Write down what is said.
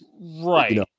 right